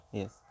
yes